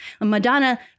Madonna